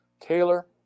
Taylor